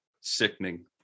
Sickening